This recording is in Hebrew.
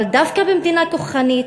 אבל דווקא במדינה כוחנית